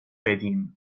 بدیم